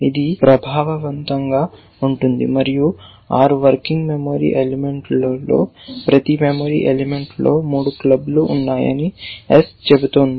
ఇది ప్రభావవంతంగా ఉంటుంది మరియు 6 వర్కింగ్ మెమరీ ఎలిమెంట్లో ప్రతి మెమరీ ఎలిమెంట్లో 3 క్లబ్లు ఉన్నాయని s చెబుతుంది